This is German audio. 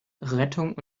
rettung